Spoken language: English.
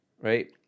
right